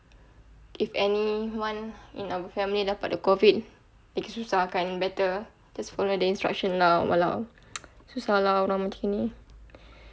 if any one in our family dapat the COVID lagi susah kan better just follow the instruction lah !walao! susah lah orang macam gini